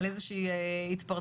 לא נראתה איזושהי התפרצות.